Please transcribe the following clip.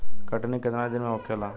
कटनी केतना दिन में होखेला?